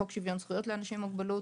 חוק שוויון זכיות לאנשים עם מוגבלות.